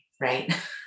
right